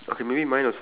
normal bird